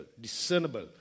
discernible